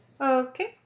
Okay